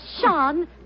Sean